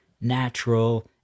natural